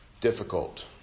difficult